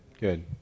good